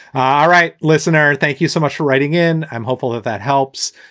ah all right. listen, erin, thank you so much for writing in. i'm hopeful that that helps.